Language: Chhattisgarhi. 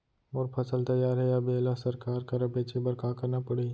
मोर फसल तैयार हे अब येला सरकार करा बेचे बर का करना पड़ही?